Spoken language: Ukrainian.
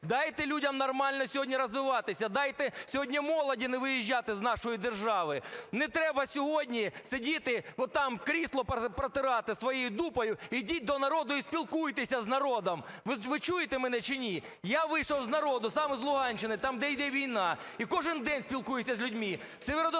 дайте людям нормально сьогодні розвиватися, дайте сьогодні молоді не виїжджати з нашої держави. Не треба сьогодні сидіти от там, крісло протирати своєю дупою, ідіть до народу і спілкуйтеся з народом! Ви чуєте мене чи ні? Я вийшов з народу, сам з Луганщини, там, де йде війна, і кожен день спілкуюся з людьми.